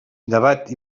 debat